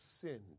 sinned